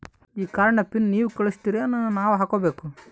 ಈ ಕಾರ್ಡ್ ನ ಪಿನ್ ನೀವ ಕಳಸ್ತಿರೇನ ನಾವಾ ಹಾಕ್ಕೊ ಬೇಕು?